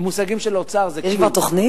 במושגים של האוצר זה, יש כבר תוכנית?